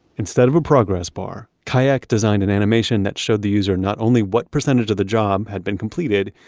instead of a progress bar, kayak designed an animation that showed the user not only what percentage of the job had been completed,